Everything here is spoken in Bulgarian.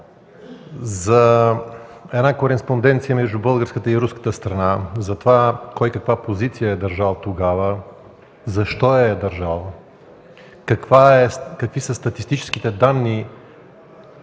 за една кореспонденция между българската и руската страна за това кой каква позиция е държал тогава, защо я е държал, какви са статистическите данни